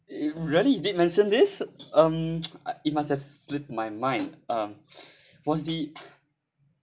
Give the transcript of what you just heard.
it really you did mention this um it must have slipped my mind um was the